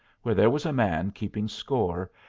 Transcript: where there was a man keeping score,